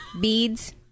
Beads